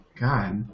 God